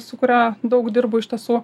su kuria daug dirbu iš tiesų